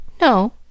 No